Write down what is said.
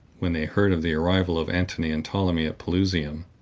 when they heard of the arrival of antony and ptolemy at pelusium,